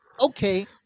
okay